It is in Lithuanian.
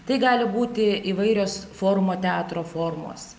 tai gali būti įvairios forumo teatro formos